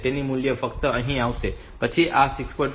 તેથી મૂલ્ય ફક્ત અહીં આવશે પછી આ 6